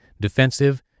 defensive